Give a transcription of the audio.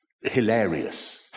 Hilarious